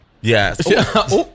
Yes